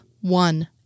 one